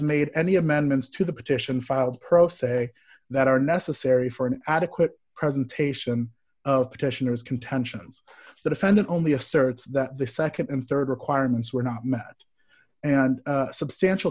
made any amendments to the petition filed pro se that are necessary for an adequate presentation of petitioners contentions the defendant only asserts that the nd and rd requirements were not met and substantial